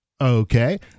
Okay